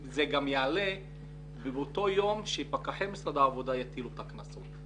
זה גם יעלה באותו יום שפקחי משרד העבודה יטילו את הקנסות.